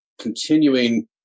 continuing